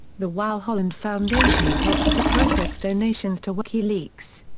the wau holland foundation helps to process donations to wikileaks.